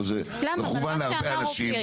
אבל זה מכוון להרבה אנשים.